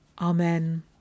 Amen